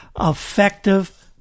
effective